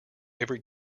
every